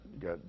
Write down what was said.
got